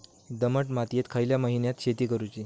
दमट मातयेत खयल्या महिन्यात शेती करुची?